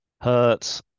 hurts